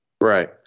Right